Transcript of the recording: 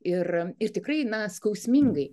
ir ir tikrai na skausmingai